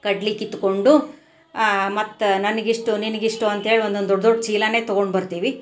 ಕಡ್ಲೆ ಕಿತ್ತುಕೊಂಡು ಮತ್ತೆ ನನಗಿಷ್ಟು ನಿನಗಿಷ್ಟು ಅಂತ್ಹೇಳಿ ಒಂದೊಂದು ದೊಡ್ಡ ದೊಡ್ಡ ಚೀಲನೇ ತಗೊಂಡು ಬರ್ತೀವಿ